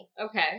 Okay